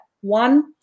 One